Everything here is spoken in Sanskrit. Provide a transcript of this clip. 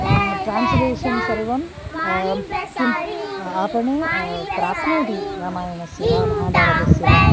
ट्रान्स्लेशन् सर्वं किम् आपणे प्राप्नोति रामायणस्य वा महाभारतस्य वा